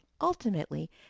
ultimately